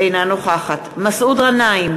אינה נוכחת מסעוד גנאים,